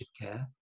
care